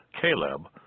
Caleb